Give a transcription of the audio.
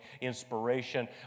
inspiration